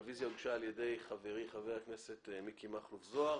הרביזיה הוגשה על-ידי חברי חבר הכנסת מיקי מכלוף זוהר